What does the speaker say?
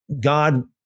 God